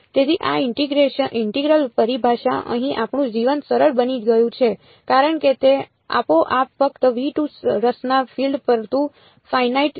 તેથી આ ઇન્ટિગરલ પરિભાષા અહીં આપણું જીવન સરળ બની ગયું છે કારણ કે તે આપોઆપ ફક્ત રસના ફીલ્ડ પૂરતું ફાઇનાઇટ છે